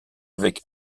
avec